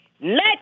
Let